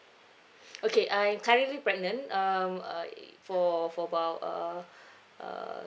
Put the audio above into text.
okay I'm currently pregnant um uh err for for about uh uh